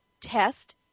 test